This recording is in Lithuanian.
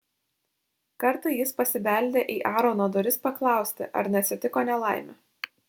kartą jis pasibeldė į aarono duris paklausti ar neatsitiko nelaimė